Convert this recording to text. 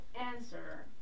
answer